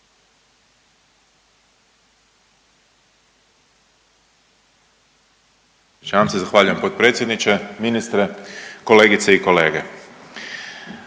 Zahvaljujem potpredsjedniče, ministre, kolegice i kolege.